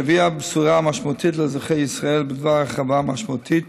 שהביאה בשורה משמעותית לאזרחי ישראל בדבר הרחבה משמעותית